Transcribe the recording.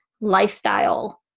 lifestyle